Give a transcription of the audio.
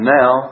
now